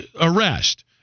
arrest